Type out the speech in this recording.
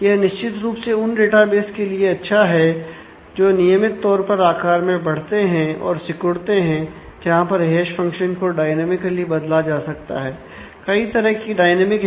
यह निश्चित रूप से उन डेटाबेस के लिए अच्छा है जो नियमित तौर पर आकार में बढ़ते हैं और सिकुड़ते हैं जहां पर हैश फंक्शन को डायनॉमिकली होता है